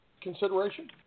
consideration